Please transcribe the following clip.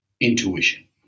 Intuition